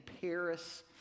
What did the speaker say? Paris